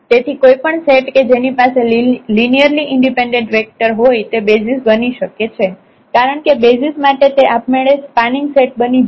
તેથી કોઈપણ સેટ કે જેની પાસે લિનિયરલી ઈન્ડિપેન્ડેન્ટ વેક્ટર હોય તે બેસિઝ બની શકે કારણ કે બેસિઝ માટે તે આપમેળે સ્પાનિંગ સેટ બની જાય છે